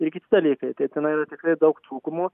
ir kiti dalykai tai tenai yra tikrai daug trūkumų